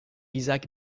isaac